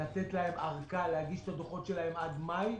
לתת להם ארכה להגשת הדוחות שלהם עד מאי,